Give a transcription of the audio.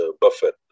Buffett